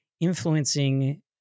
influencing